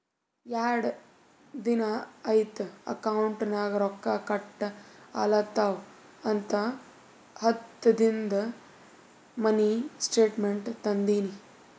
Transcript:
ಯಾಡ್ ದಿನಾ ಐಯ್ತ್ ಅಕೌಂಟ್ ನಾಗ್ ರೊಕ್ಕಾ ಕಟ್ ಆಲತವ್ ಅಂತ ಹತ್ತದಿಂದು ಮಿನಿ ಸ್ಟೇಟ್ಮೆಂಟ್ ತಂದಿನಿ